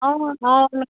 మావాళ్ళే